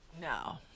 No